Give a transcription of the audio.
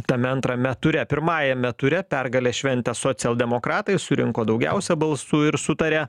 tame antrame ture pirmajame ture pergalę šventę socialdemokratai surinko daugiausia balsų ir sutarė